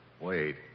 Wait